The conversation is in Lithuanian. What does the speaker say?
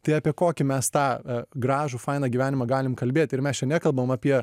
tai apie kokį mes tą gražų fainą gyvenimą galim kalbėt ir mes čia nekalbam apie